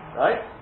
right